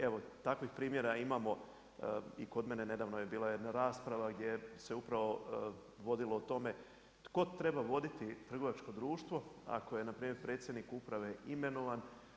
Evo, takvih primjera imamo i kod mene, nedavno je bila jedna rasprava gdje se upravo vodilo o tome, tko treba voditi trgovačko društvo, ako je npr. predsjednik uprave imenovan.